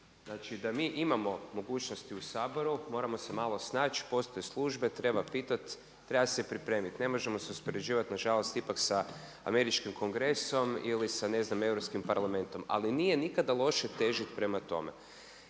znači da mi imamo mogućnosti u Saboru moramo se malo snaći. Postoje službe, treba pitat, treba se pripremit. Ne možemo se uspoređivati na žalost ipak sa američkim Kongresom ili sa ne znam Europskim parlamentom. Ali nije nikada loše težiti prema tome.